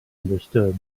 understood